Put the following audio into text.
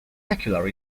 secular